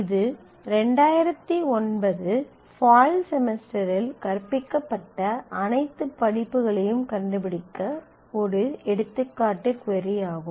இது 2009 ஃபால் செமஸ்டரில் கற்பிக்கப்பட்ட அனைத்து படிப்புகளையும் கண்டுபிடிக்க ஒரு எடுத்துக்காட்டு க்வரி ஆகும்